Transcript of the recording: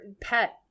pet